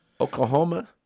Oklahoma –